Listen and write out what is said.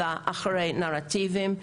אלא אחרי נרטיבים.